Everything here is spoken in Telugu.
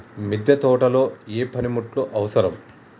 మిద్దె తోటలో ఏ పనిముట్లు అవసరం?